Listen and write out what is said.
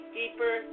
deeper